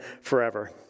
forever